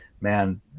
man